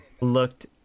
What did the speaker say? looked